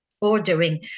ordering